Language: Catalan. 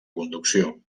conducció